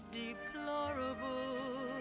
deplorable